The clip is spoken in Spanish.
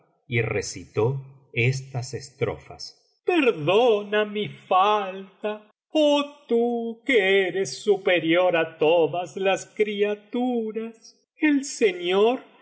y recitó estas estrofas perdona mi falta oh iú que eres superior á todas las criaturas el señor